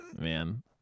man